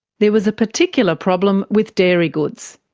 there was a particular problem with dairy goods.